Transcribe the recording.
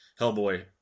Hellboy